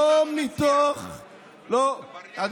לא מתוך, כן, כן, תלמד אותנו על השיח.